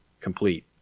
complete